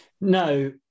No